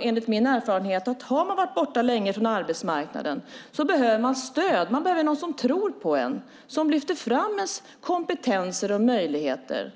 Enligt min erfarenhet är det också så att man behöver stöd om man har varit borta länge från arbetsmarknaden. Man behöver någon som tror på en och som lyfter fram ens kompetenser och möjligheter.